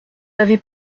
avez